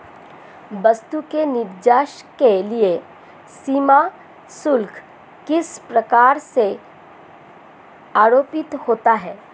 वस्तु के निर्यात के लिए सीमा शुल्क किस प्रकार से आरोपित होता है?